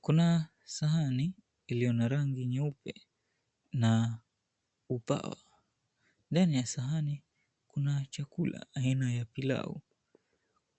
Kuna sahani iliyo na rangi nyeupe na upa. Ndani ya sahani kuna chakula aina ya pilau.